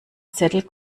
zettel